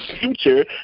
future